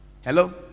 Hello